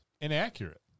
inaccurate